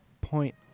point